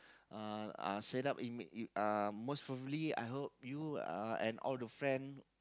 uh uh set up uh most probably I hope you uh and all the friend